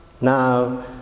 Now